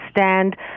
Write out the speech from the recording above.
stand